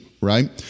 right